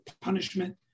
punishment